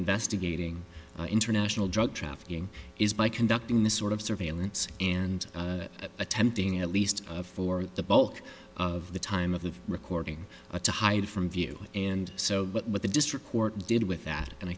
investigating international drug trafficking is by conducting this sort of surveillance and attempting at least for the bulk of the time of the recording to hide from view and so what the district court did with that and i